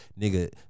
nigga